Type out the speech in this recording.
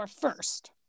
first